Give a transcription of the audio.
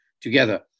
together